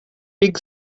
big